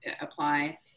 apply